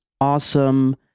awesome